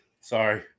Sorry